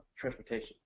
Transportation